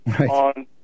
on